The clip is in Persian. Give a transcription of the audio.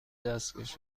دستکش